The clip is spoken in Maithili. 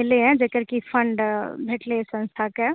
एलय हँ जेकर की फण्ड भेटलै हँ संस्थाके